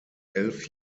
elf